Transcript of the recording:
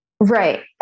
Right